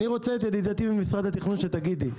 ידידתי ממשרד התכנון, אני רוצה שתגידי: